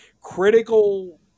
critical